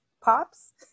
pops